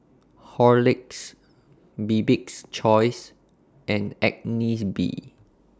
Horlicks Bibik's Choice and Agnes B